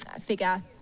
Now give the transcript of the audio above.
Figure